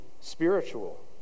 spiritual